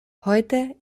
heute